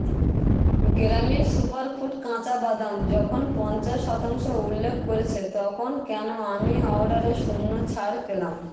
গেরামি superfood কাঁচা বাদাম যখন পঞ্চাশ শতাংশ উল্লেখ করেছে তখন কেন আমি অর্ডারে শূন্য ছাড় পেলাম